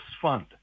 fund